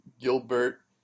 Gilbert